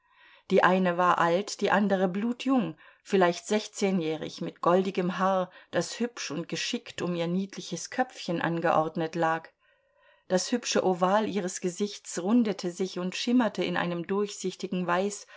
die eine war alt die andere blutjung vielleicht sechzehnjährig mit goldigem haar das hübsch und geschickt um ihr niedliches köpfchen angeordnet lag das hübsche oval ihres gesichts rundete sich und schimmerte in einem durchsichtigen weiß